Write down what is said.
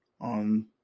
On